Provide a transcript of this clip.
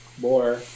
more